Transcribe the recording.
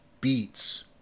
beats